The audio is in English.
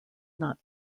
not